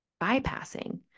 bypassing